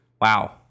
Wow